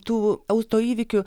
tų autoįvykių